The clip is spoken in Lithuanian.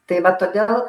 tai va todėl